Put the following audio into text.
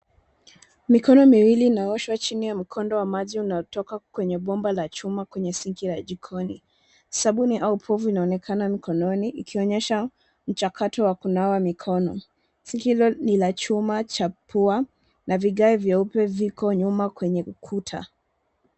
Mikono miwili inaoshwa chini ya mkondo wa maji inayotoka kwenye bomba la chuma kwenye sinki la jikoni. Sabuni au povu inaonekana mikononi ikionyesha mchakato wa kunawa mikono. Sinki hilo ni la chuma cha pua na vigae vyeupe viko nyuma kwenye ukuta.